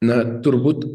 na turbūt